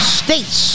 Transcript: states